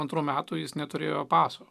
antrų metų jis neturėjo paso